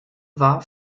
war